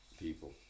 people